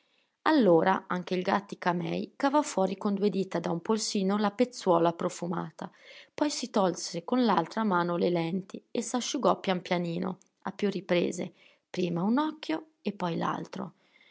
allora anche il gàttica-mei cavò fuori con due dita da un polsino la pezzuola profumata poi si tolse con l'altra mano le lenti e s'asciugò pian pianino a più riprese prima un occhio e poi